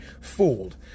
fooled